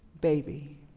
baby